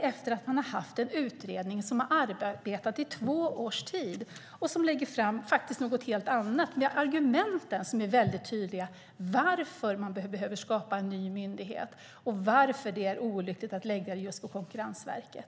efter det att man har haft en utredning som har arbetat i två års tid och som lägger fram något helt annat, med tydliga argument för att man behöver skapa en ny myndighet och för att det är olyckligt att lägga uppgiften på just Konkurrensverket.